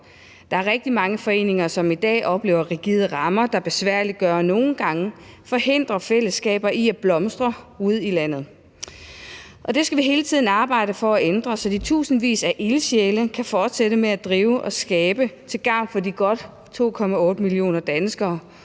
Der er rigtig mange foreninger, som i dag oplever rigide rammer, der besværliggør og nogle gange forhindrer fællesskaber i at blomstre ude i landet. Det skal vi hele tiden arbejde for at ændre, så de tusindvis af ildsjæle kan fortsætte med at drive og skabe til gavn for de godt 2,8 millioner danskere